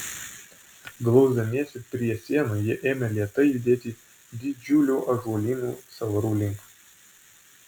glausdamiesi prie sienų jie ėmė lėtai judėti didžiulių ąžuolinių sąvarų link